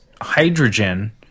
hydrogen